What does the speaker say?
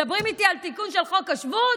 מדברים איתי על תיקון של חוק השבות?